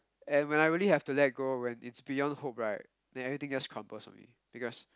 and when I really have to let go when it's beyond hope right then everything just crumbles on me